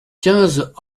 quinze